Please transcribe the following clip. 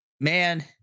man